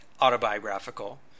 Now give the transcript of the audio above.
autobiographical